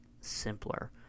simpler